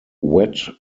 wet